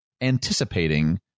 anticipating